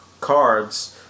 cards